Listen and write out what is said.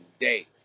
day